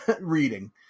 reading